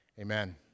amen